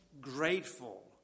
grateful